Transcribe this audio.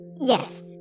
Yes